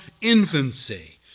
infancy